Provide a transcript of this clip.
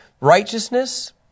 righteousness